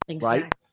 Right